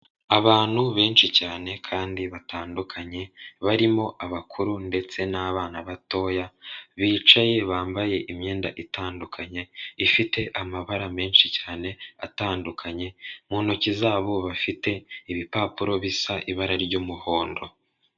Abantu benshi cyane kandi batandukanye, barimo abakuru ndetse n'abana batoya, bicaye bambaye imyenda itandukanye, ifite amabara menshi cyane atandukanye, mu ntoki zabo bafite ibipapuro bisa ibara ry'umuhondo.